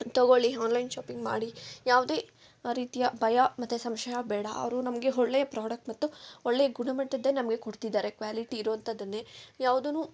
ತೊಗೊಳಿ online shopping ಮಾಡಿ ಯಾವುದೇ ರೀತಿಯ ಭಯ ಮತ್ತು ಸಂಶಯ ಬೇಡ ಅವರು ನಮಗೆ ಒಳ್ಳೆಯ ಪ್ರಾಡಕ್ಟ್ ಮತ್ತು ಒಳ್ಳೆ ಗುಣಮಟ್ಟದ್ದೆ ನಮ್ಗೆ ಕೊಡ್ತಿದ್ದಾರೆ ಕ್ವಾಲಿಟಿ ಇರುವಂತದ್ದನ್ನೆ ಯಾವುದೂ